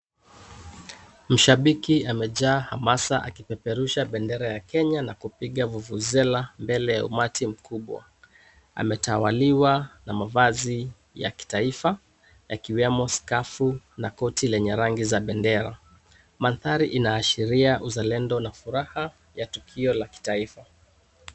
Shabiki amejaa hamasa akipeperusha bendera ya kenya na kupiga vuvuzela mbele ya umati mkubwa. Ametawaliwa na mavazi ya kitaifa ikiwemo skafu na koti lenye rangi za bendera. Maanthari inaashiria uzalendo na furaha ya tukio la kitaifa.